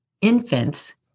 infants